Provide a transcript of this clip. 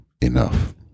enough